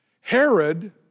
Herod